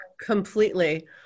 Completely